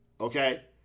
okay